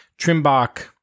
Trimbach